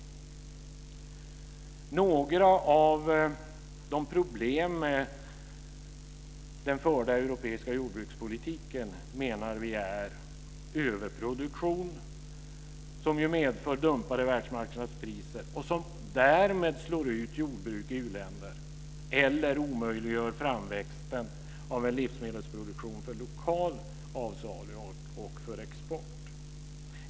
Vi anser att ett av problemen med den förda europeiska jordbrukspolitiken är överproduktion som medför dumpade världsmarknadspriser, vilket slår ut jordbruket i u-länderna eller omöjliggör framväxten av en livsmedelsproduktion för lokal avsalu och för export.